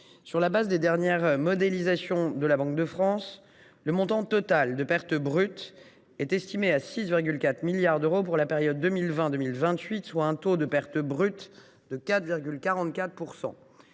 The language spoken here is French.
Sur la base des dernières modélisations de la Banque de France, le montant total de pertes brutes est estimé à 6,4 milliards d’euros pour la période 2020 2028, soit 4,44 % en proportion.